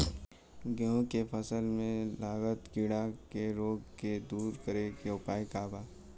गेहूँ के फसल में लागल कीड़ा के रोग के दूर करे के उपाय का बा?